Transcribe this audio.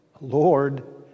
Lord